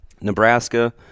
Nebraska –